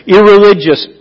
Irreligious